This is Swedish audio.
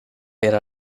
era